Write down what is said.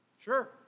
Sure